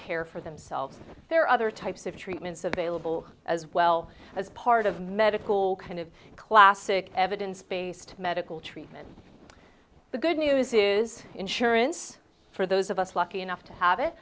care for themselves there are other types of treatments available as well as part of medical kind of classic evidence based medical treatment the good news is insurance for those of us lucky enough to have